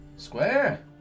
Square